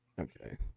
Okay